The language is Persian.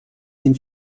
این